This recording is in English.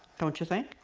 don't you think?